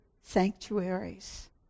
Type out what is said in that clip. sanctuaries